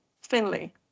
Finley